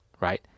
Right